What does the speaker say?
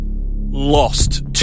lost